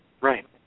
Right